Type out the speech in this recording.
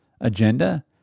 agenda